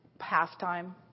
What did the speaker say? half-time